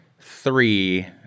three